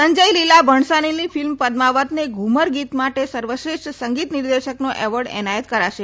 સંજય લીલી ભણસાલીની ફિલ્મ પદ્માવતને ધુમર ગીત માટે સર્વશ્રેષ્ઠ સંગીત નિર્દેશકનો એવોર્ડ એનાયત કરાશે